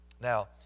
Now